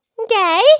Okay